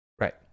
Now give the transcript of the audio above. Right